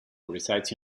resides